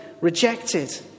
rejected